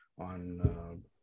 on